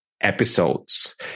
episodes